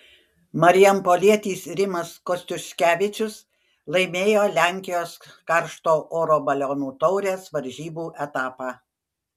marijampolietis rimas kostiuškevičius laimėjo lenkijos karšto oro balionų taurės varžybų etapą